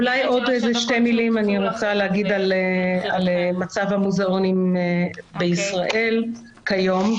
אולי עוד שתי מילים אני רוצה להגיד על מצב המוזיאונים בישראל כיום,